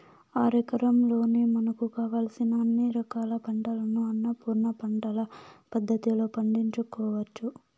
అరెకరంలోనే మనకు కావలసిన అన్ని రకాల పంటలను అన్నపూర్ణ పంటల పద్ధతిలో పండించుకోవచ్చు